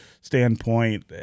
standpoint